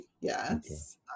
yes